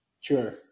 Sure